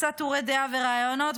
קצת טורי דעה וראיונות,